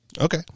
Okay